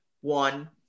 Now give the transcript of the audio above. one